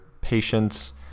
patience